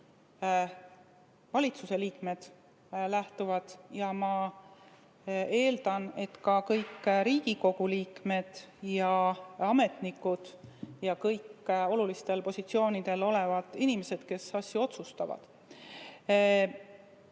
valitsuse liikmed lähtuvad ja ma eeldan, et ka kõik Riigikogu liikmed ja ametnikud ja kõik olulistel positsioonidel olevad inimesed, kes asju otsustavad.